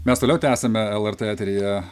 mes toliau tęsiame lrt eteryje